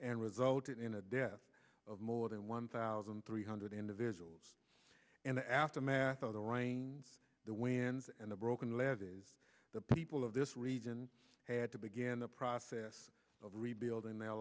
and resulted in a death of more than one thousand three hundred individuals in the aftermath of the rains the winds and the broken levees the people of this region had to begin the process of rebuilding their